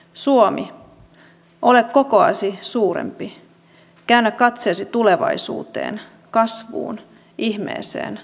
suomi ole kokoasi suurempi käännä katseesi tulevaisuuteen kasvuun ihmeeseen lapseen